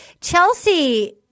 Chelsea